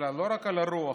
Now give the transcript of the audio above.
לא רק על הרוח,